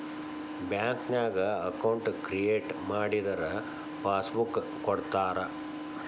ಬ್ಯಾಂಕ್ನ್ಯಾಗ account create ಮಾಡಿದರ passbook ಕೊಡ್ತಾರಾ